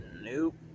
Nope